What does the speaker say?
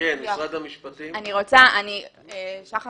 שחר